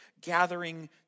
gathering